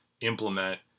implement